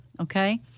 Okay